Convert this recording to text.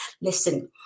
listen